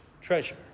treasure